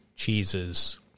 Cheeses